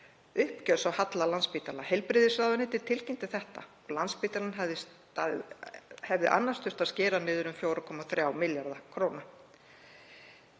uppgjörs á halla Landspítala. Heilbrigðisráðuneytið tilkynnti þetta. Landspítalann hefði annars þurftu að skera niður um 4,3 milljarða kr.